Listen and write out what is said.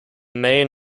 main